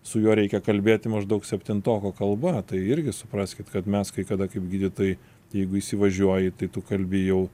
su juo reikia kalbėti maždaug septintoko kalba tai irgi supraskit kad mes kai kada kaip gydytojai jeigu įsivažiuoji tai tu kalbi jau